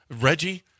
Reggie